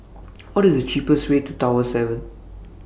What IS The cheapest Way to Tower seven